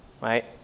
right